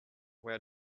were